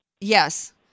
Yes